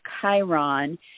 Chiron